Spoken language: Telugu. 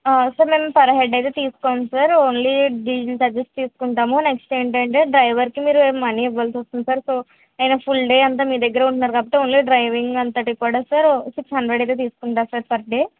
ఆ సార్ మేము పర్ హెడ్ అయితే తీసుకొం సార్ ఓన్లీ డీజిల్ ఛార్జెస్ తీసుకుంటాము నెక్స్ట్ ఏంటంటే డ్రైవర్కి మీరు మనీ ఇవ్వవలసి వస్తుంది సార్ సో నేను ఫుల్ డే అంతా మీ దగ్గర ఉన్నారు కాబట్టి ఓన్లీ డ్రైవింగ్ అంతటికి కూడా సిక్స్ హండ్రెడ్ అయితే తీసుకుంటారు సార్ పర్ డే